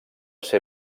ser